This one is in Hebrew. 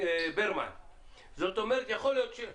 עוד כמה אלפי שקלים.